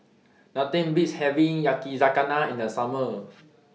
Nothing Beats having Yakizakana in The Summer